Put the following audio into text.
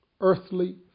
earthly